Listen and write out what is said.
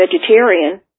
vegetarian